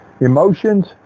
emotions